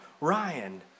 Ryan